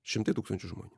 šimtai tūkstančių žmonių